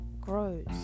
grows